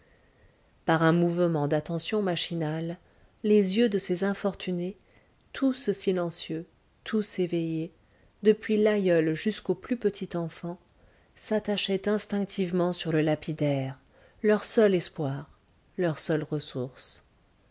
par un mouvement d'attention machinal les yeux de ces infortunés tous silencieux tous éveillés depuis l'aïeule jusqu'au plus petit enfant s'attachaient instinctivement sur le lapidaire leur seul espoir leur seule ressource